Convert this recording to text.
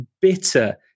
bitter